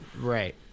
Right